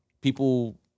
people